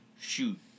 shoot